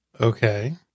Okay